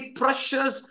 precious